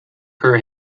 her